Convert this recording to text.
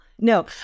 No